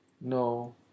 No